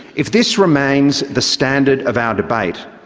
if this remains the standard of our debate,